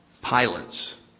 pilots